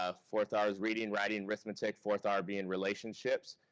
ah fourth r is reading, writing, arithmetic. fourth r being relationships.